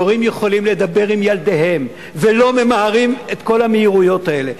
הורים יכולים לדבר עם ילדיהם ולא ממהרים את כל המהירויות האלה.